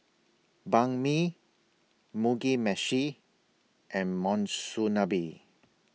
Banh MI Mugi Meshi and Monsunabe